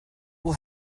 will